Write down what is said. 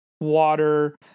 water